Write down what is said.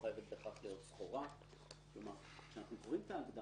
עם נעמה ועם מי שצריך לשבת עם שאר הגופים